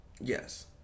Yes